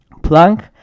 Planck